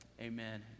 Amen